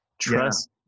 Trust